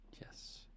Yes